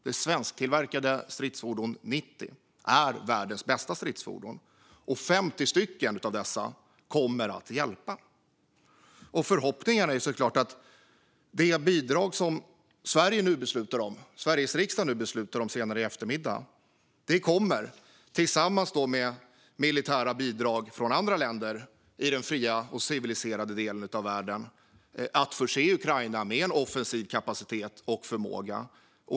Det svensktillverkade stridsfordon 90 är världens bästa stridsfordon, och 50 av dessa kommer att hjälpa. Förhoppningen är såklart att de bidrag som Sveriges riksdag nu beslutar om senare i eftermiddag tillsammans med militära bidrag från andra länder i den fria och civiliserade delen av världen kommer att förse Ukraina med en offensiv kapacitet och förmåga.